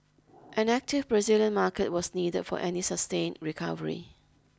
an active Brazilian market was needed for any sustain recovery